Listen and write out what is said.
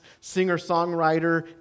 singer-songwriter